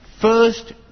first